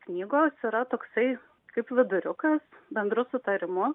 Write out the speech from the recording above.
knygos yra toksai kaip viduriukas bendru sutarimu